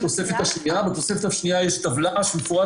בתוספת השנייה לחוק ישנה טבלה ובה מפורט